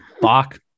bach